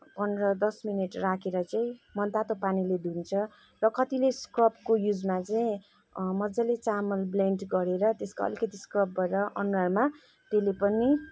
पन्ध्र दस मिनट राखेर चाहिँ मनतातो पानीले धुन्छ र कतिले स्क्रबको युजमा चाहिँ मज्जाले चामल ब्लेन्ट गरेर त्यसको अलिकति स्क्रब गरेर अनुहारमा त्यसले पनि